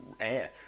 air